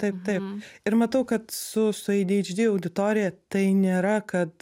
taip taip ir matau kad su su adhd auditorija tai nėra kad